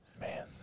Man